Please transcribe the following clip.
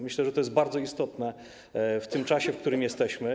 Myślę, że to jest bardzo istotne w tym czasie, w którym jesteśmy.